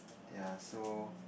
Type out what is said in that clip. ya so